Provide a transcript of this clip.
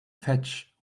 fetch